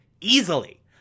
easily